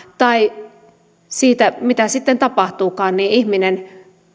tai sen mitä sitten tapahtuukaan ihminen